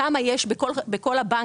כמה יש בכל הבנקים.